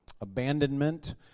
Abandonment